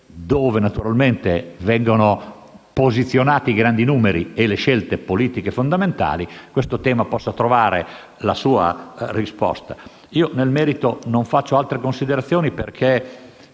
sede in cui vengono posizionati i grandi numeri e le scelte politiche fondamentali, questo tema possa trovare la sua risposta. Nel merito non faccio altre considerazioni, perché